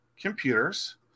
computers